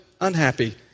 unhappy